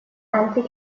anti